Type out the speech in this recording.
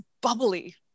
bubbly